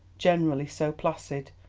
generally so placid,